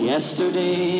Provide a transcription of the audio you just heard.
Yesterday